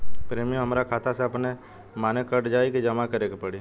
Premium हमरा खाता से अपने माने कट जाई की जमा करे के पड़ी?